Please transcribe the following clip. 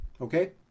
Okay